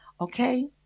okay